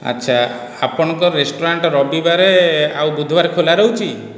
ଆଚ୍ଛା ଆପଣଙ୍କ ରେଷ୍ଟୁରାଣ୍ଟ ରବିବାର ଆଉ ବୁଧବାର ଖୋଲା ରହୁଛି